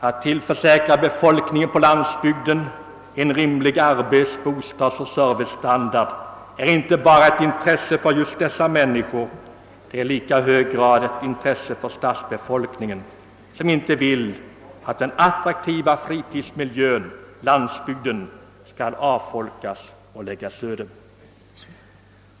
Att tillförsäkra befolkningen på landsbygden en rimlig arbets-, bostadsoch servicestandard är inte bara ett in tresse för just dessa människor; det är i lika hög grad ett intresse för stadsbefolkningen, som inte vill att den attraktiva — fritidsmiljön, landsbygden, skall avfolkas och läggas öde.